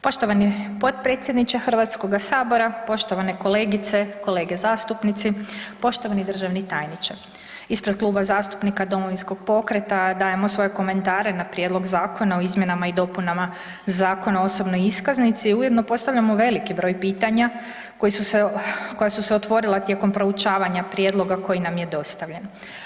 Poštovani potpredsjedniče Hrvatskoga sabora, poštovane kolegice, kolege zastupnici, poštovani državni tajniče, ispred Kluba zastupnika Domovinskog pokreta dajemo svoje komentare na Prijedlog Zakona o izmjenama i dopunama Zakona o osobnoj iskaznici i ujedno postavljamo veliki broj pitanja koji su se, koja su se otvorila tijekom proučavanja prijedloga koji nam je dostavljen.